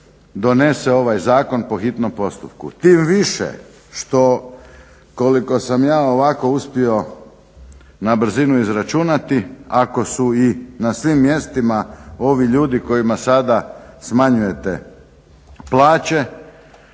donese ovaj zakon po hitnom postupku. Tim više što koliko sam ja ovako uspio na brzinu izračunati ako su i na svim mjestima ovi ljudi kojima sada smanjujete plaće